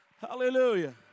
hallelujah